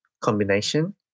combination